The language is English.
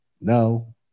No